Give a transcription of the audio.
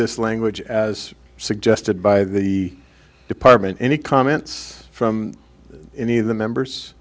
this language as suggested by the department any comments from any of the members